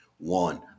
One